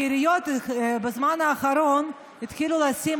כי העיריות בזמן האחרון התחילו לשים